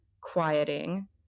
quieting